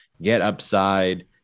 GetUpside